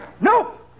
Nope